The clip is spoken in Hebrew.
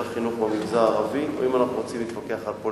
החינוך במגזר הערבי או רוצים להתווכח על פוליטיקה.